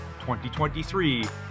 2023